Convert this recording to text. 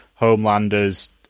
Homelander's